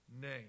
name